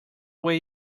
way